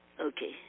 Okay